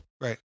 Right